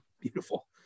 Beautiful